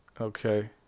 Okay